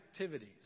activities